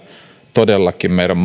todellakin meidän